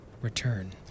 return